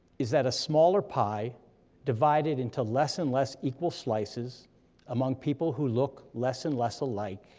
is that a smaller pie divided into less and less equal slices among people who look less and less alike,